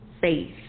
faith